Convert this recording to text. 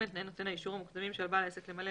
תנאי נותן האישור המוקדמים שעל בעל העסק למלא